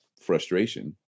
frustration